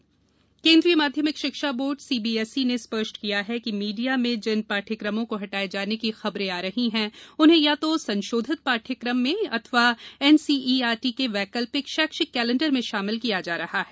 CBSE केंद्रीय माध्यमिक शिक्षा बोर्ड सीबीएसई ने स्पष्ट किया है कि मीडिया में जिन पाठ्यक्रमों को हटाए जाने की खबरें आ रही हैं उन्हें या तो संशोधित पाठ्यक्रम में अथवा एनसीईआरटी के वैकल्पिक शैक्षिक कैलेंडर में शामिल किया जा रहा है